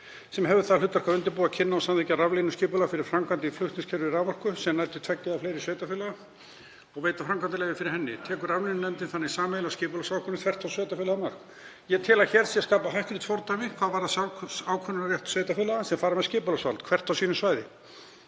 sem hefur það hlutverk að undirbúa, kynna og samþykkja raflínuskipulag fyrir framkvæmdir í flutningskerfi raforku sem nær til tveggja eða fleiri sveitarfélaga og veita framkvæmdaleyfi fyrir henni. Tekur raflínunefndin þannig sameiginlega skipulagsákvörðun þvert á sveitarfélagamörk. Ég tel að hér sé skapað hættulegt fordæmi hvað varðar sjálfsákvörðunarrétt sveitarfélaga sem fara með skipulagsvald, hvert á sínu svæði.